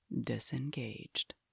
Disengaged